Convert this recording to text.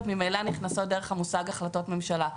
ממילא נכנסות דרך המושג החלטות ממשלה.